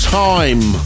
time